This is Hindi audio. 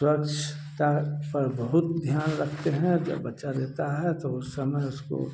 स्वच्छता पर बहुत ध्यान रखते हैं जब बच्चा देता है तो उस समय उसको